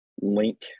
link